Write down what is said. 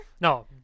No